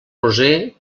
roser